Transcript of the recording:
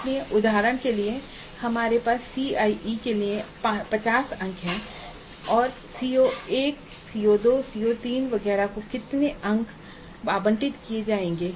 इसलिए उदाहरण के लिए हमारे पास CIE के लिए 50 अंक हैं और CO1 CO2 CO3 वगैरह को कितने अंक आवंटित किए जाएंगे